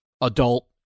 adult